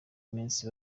imisi